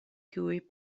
kiuj